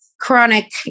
chronic